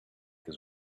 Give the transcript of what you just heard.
his